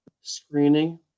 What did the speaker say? screening